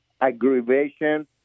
aggravation